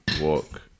walk